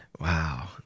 Wow